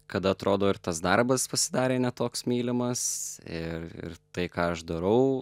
kada atrodo ir tas darbas pasidarė ne toks mylimas ir ir tai ką aš darau